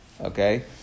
okay